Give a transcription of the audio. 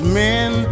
men